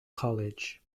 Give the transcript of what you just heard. college